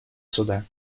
суда